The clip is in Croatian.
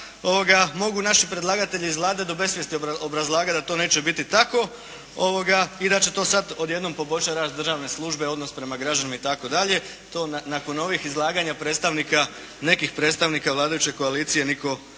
mogu naši predlagatelji iz Vlade do besvijesti obrazlagati da to neće biti tako i da će to sada odjednom poboljšati rad državne službe, odnos prema građanima itd., to nakon ovih izlaganja predstavnika, nekih predstavnika vladajuće koalicije